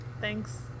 Thanks